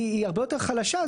היא הרבה יותר חלשה.